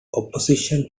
opposition